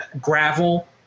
Gravel